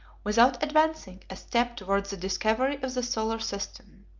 without advancing a step towards the discovery of the solar system.